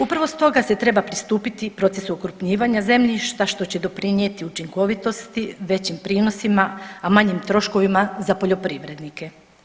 Upravo stoga se treba pristupiti procesu okrupnjivanja zemljišta što će doprinijeti učinkovitosti, većim prinosima, a manjim troškovima za poljoprivrednike.